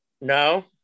No